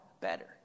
better